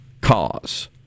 cause